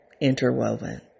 Interwoven